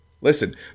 Listen